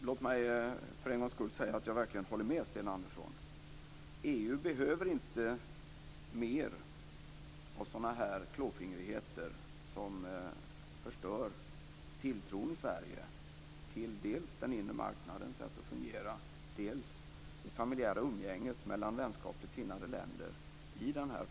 Fru talman! Låt mig för en gångs skull säga att jag verkligen håller med Sten Andersson. EU behöver inte mer av klåfingrighet som förstör tilltron i Sverige till dels den inre marknadens sätt att fungera, dels det familjära umgänget mellan vänskapligt sinnade länder i Europa.